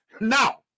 Now